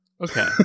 Okay